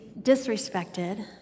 disrespected